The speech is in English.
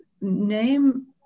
Name